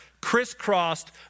crisscrossed